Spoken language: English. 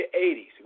80s